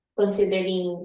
considering